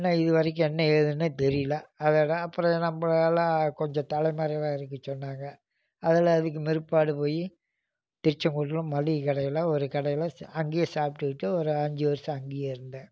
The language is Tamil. என்ன இது வரைக்கும் என்ன ஏதுன்னே தெரியல அதோடு அப்புறம் நம்மளால கொஞ்சம் தலைமறைவாக இருக்க சொன்னாங்க அதில் அதுக்கும் பிற்பாடு போய் திருச்செங்கோட்டில் மளிகை கடையில் ஒரு கடையில் அங்கேயே சாப்பிட்டுக்கிட்டு ஒரு அஞ்சு வருஷம் அங்கேயே இருந்தேன்